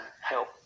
help